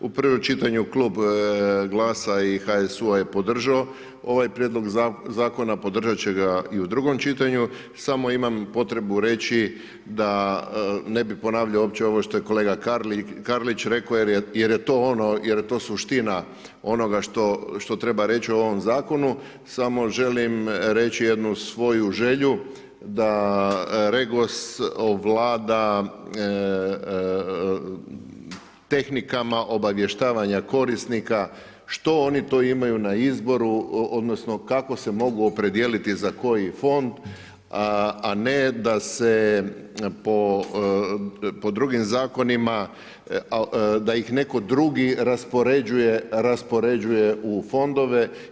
U prvom čitanju klub GLAS-a i HSU-a je podržao ovaj prijedlog zakona, podržat će ga i u drugom čitanju, samo imam potrebu reći da ne bi ponavljao uopće ovo što je kolega Karlić rekao jer to je suština onoga što treba reći u ovom zakonu, samo želim reći jednu svoju želju da REGOS ovlada tehnikama obavještavanja korisnika, što oni to imaju na izboru odnosno kako se mogu opredijeliti za koji fond a ne da se po drugim zakonima, da ih neko drugi raspoređuje u fondove.